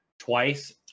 twice